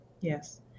Yes